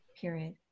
period